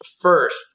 First